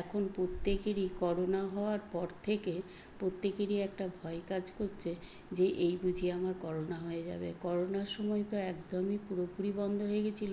এখন প্রত্যেকেরই করোনা হওয়ার পর থেকে প্রত্যেকেরই একটা ভয় কাজ করছে যে এই বুঝি আমার করোনা হয়ে যাবে করোনার সময় তো একদমই পুরোপুরি বন্ধ হয়ে গেছিল